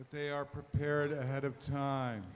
they are prepared ahead of time